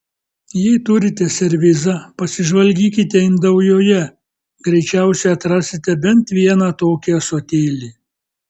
jei turite servizą pasižvalgykite indaujoje greičiausiai atrasite bent vieną tokį ąsotėlį